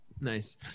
nice